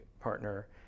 partner